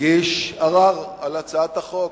הגיש ערר על הצעת החוק.